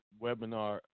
webinar